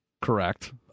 Correct